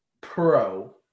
pro